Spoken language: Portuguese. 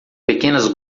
pequenas